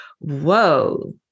Whoa